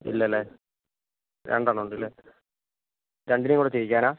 ഇല്ലല്ലേ രണ്ടെണ്ണം ഉണ്ടല്ലേ രണ്ടിനേയും കൂടെ ചെയ്യിക്കാനാണോ